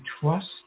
trust